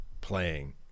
playing